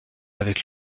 avec